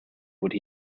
would